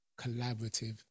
collaborative